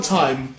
time